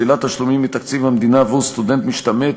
שלילת תשלומים מתקציב המדינה עבור סטודנט משתמט),